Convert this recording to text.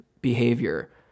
behavior